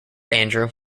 andrew